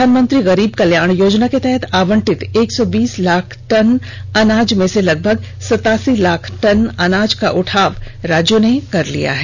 प्रधानमंत्री गरीब कल्याण योजना के तहत आवंटित एक सौ बीस लाख टन अनाज में से लगभग सत्तासी लाख टन अनाज का उठाव राज्यों ने कर लिया है